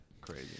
Crazy